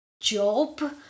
job